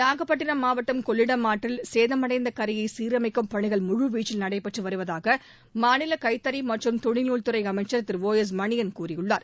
நாகப்பட்டினம் மாவட்டம் கொள்ளிடம் ஆற்றில் சேதமடைந்த கரையை சீரமைக்கும் பணிகள் முழு வீச்சில் நடைபெற்று வருவதாக மாநில கைத்தறி மற்றும் துணிநூல் துறை அமைச்சர் திரு ஓ எஸ் மணியன் கூறியுள்ளார்